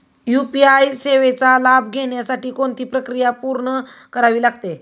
UPI सेवेचा लाभ घेण्यासाठी कोणती प्रक्रिया पूर्ण करावी लागते?